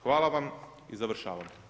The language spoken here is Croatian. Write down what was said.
Hvala vam i završavam.